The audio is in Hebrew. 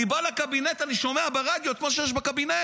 אני בא לקבינט, אני שומע ברדיו את מה שיש בקבינט,